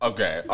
Okay